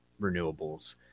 renewables